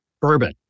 Bourbon